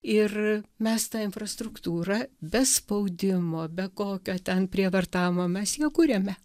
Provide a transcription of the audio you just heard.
ir mes tą infrastruktūrą be spaudimo be kokio ten prievartavimo mes ją kuriame